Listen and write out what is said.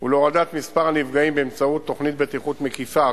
ולהורדת מספר הנפגעים באמצעות תוכנית בטיחות מקיפה,